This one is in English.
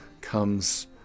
comes